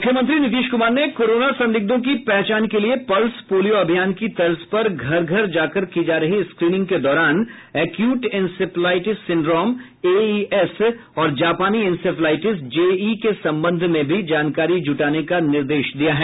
मुख्यमंत्री नीतीश कुमार ने कोरोना संदिग्धों की पहचान के लिए पल्स पोलियो अभियान की तर्ज पर घर घर जाकर की जा रही स्क्रीनिंग के दौरान एक्यूट इंसेफेलाइटिस सिंड्रोम एईएस और जापानी इंसेफेलाइटिस जेई के संबंध में भी जानकारी जुटाने का निर्देश दिया है